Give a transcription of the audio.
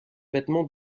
vêtements